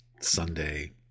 Sunday